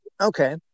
okay